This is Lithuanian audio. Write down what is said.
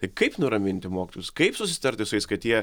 tai kaip nuraminti mokytojus kaip susitarti su jais kad jie